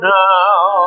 now